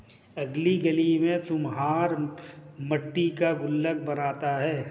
अगली गली में कुम्हार मट्टी का गुल्लक बनाता है